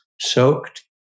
Soaked